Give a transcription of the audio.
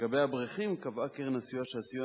לגבי אברכים קבעה קרן הסיוע שהסיוע